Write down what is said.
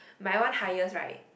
my one highest right